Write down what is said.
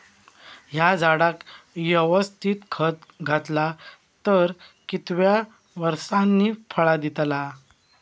हया झाडाक यवस्तित खत घातला तर कितक्या वरसांनी फळा दीताला?